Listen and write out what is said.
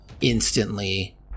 instantly